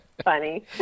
funny